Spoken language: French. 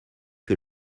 que